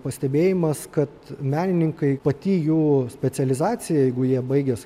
pastebėjimas kad menininkai pati jų specializacija jeigu jie baigęs